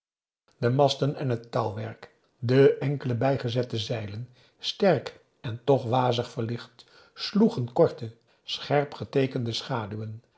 de masten en het touwwerk de enkele bijgezette zeilen sterk en toch wazig verlicht sloegen korte scherp geteekende schaduwen